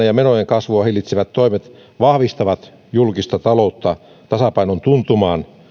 ja menojen kasvua hillitsevät toimet vahvistavat julkista taloutta tasapainon tuntumaan